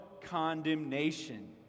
condemnation